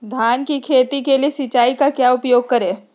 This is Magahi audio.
धान की खेती के लिए सिंचाई का क्या उपयोग करें?